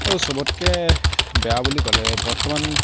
আৰু চবতকৈ বেয়া বুলি ক'লে বৰ্তমান